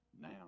now